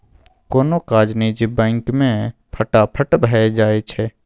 कोनो काज निजी बैंक मे फटाफट भए जाइ छै